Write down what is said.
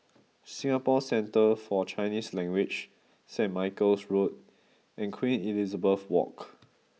Singapore Centre For Chinese Language Saint Michael's Road and Queen Elizabeth Walk